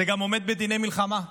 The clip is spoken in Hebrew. שזה עומד בדיני מלחמה.